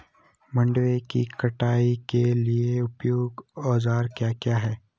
मंडवे की कटाई के लिए उपयुक्त औज़ार क्या क्या हैं?